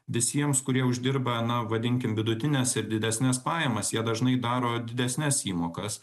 visiems kurie uždirba na vadinkim vidutines ir didesnes pajamas jie dažnai daro didesnes įmokas